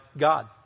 God